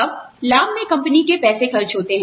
अब लाभ में कंपनी के पैसे खर्च होते हैं